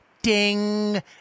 Ding